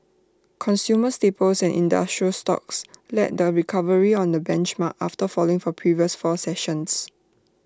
consumer staples and industrial stocks led the recovery on the benchmark after falling for previous four sessions